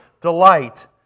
delight